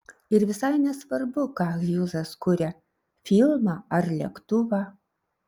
ir visai nesvarbu ką hjūzas kuria filmą ar lėktuvą